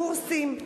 קורסים.